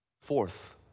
Fourth